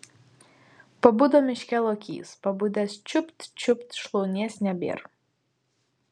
pabudo miške lokys pabudęs čiupt čiupt šlaunies nebėr